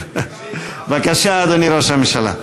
בבקשה, אדוני ראש הממשלה.